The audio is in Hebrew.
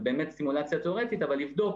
זה באמת סימולציה תיאורית אבל לבדוק,